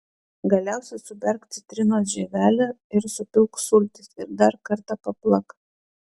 galiausiai suberk citrinos žievelę ir supilk sultis ir dar kartą paplak